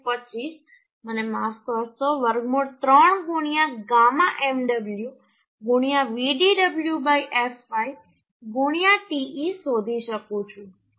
25 મને માફ કરશો વર્ગમૂળ 3 γ mw Vdw fy te શોધી શકું છું